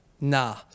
nah